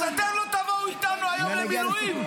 אז אתם לא תבואו איתנו היום למילואים?